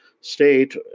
state